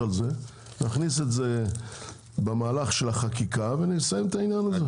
על זה - במהלך החקיקה ונסיים את זה.